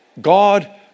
God